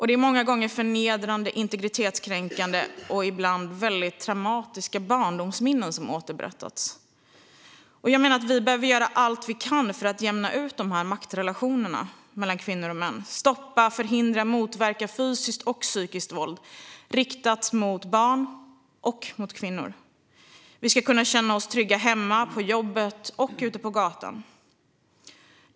Det är förnedrande, integritetskränkande och ibland väldigt traumatiska barndomsminnen som har återberättats. Vi behöver göra allt vi kan för att jämna ut dessa maktrelationer och stoppa, förhindra och motverka fysisk och psykiskt våld riktat mot barn och kvinnor. Vi ska kunna känna oss trygga hemma, på jobbet och ute på gatan.